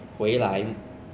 对 lor 就是这样